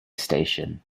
station